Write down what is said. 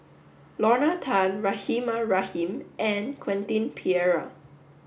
Lorna Tan Rahimah Rahim and Quentin Pereira